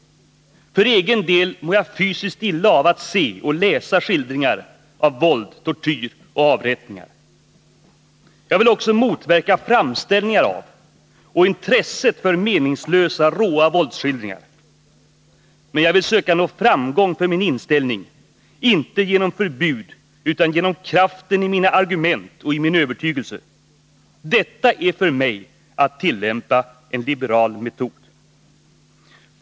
För egen del mår jag fysiskt illa av att se och läsa skildringar av våld, tortyr och avrättningar. Jag vill också motverka framställningar av och intresset för meningslösa, råa våldsskildringar. Men jag vill söka nå framgång för min inställning, inte genom förbud, utan genom kraften i mina argument och i min övertygelse. Detta är för mig att tillämpa en liberal metod.